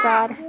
God